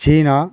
China